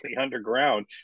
underground